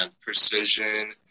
precision